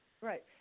Right